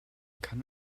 kann